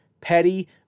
petty